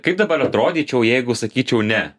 kaip dabar atrodyčiau jeigu sakyčiau ne